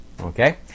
Okay